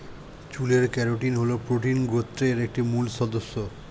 চুলের কেরাটিন হল প্রোটিন গোত্রের একটি মূল সদস্য